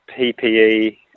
PPE